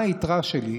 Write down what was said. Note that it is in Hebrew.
מה היתרה שלי?